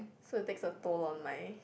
so it takes a toll on my